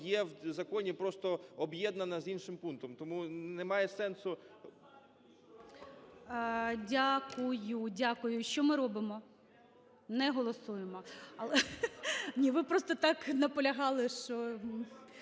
є в законі, просто об'єднана з іншим пунктом, тому немає сенсу. ГОЛОВУЮЧИЙ. Дякую. Дякую. Що ми робимо? Не голосуємо. Ви просто так наполягали.